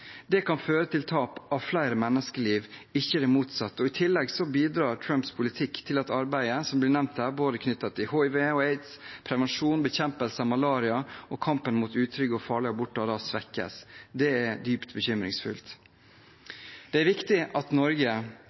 Det kan føre til tap av flere menneskeliv, ikke det motsatte. I tillegg bidrar Trumps politikk til at arbeidet som blir nevnt her – knyttet til både hiv og aids, prevensjon, bekjempelse av malaria og kampen mot utrygge og farlige aborter – svekkes. Det er dypt bekymringsfullt. Det er viktig at Norge